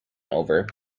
over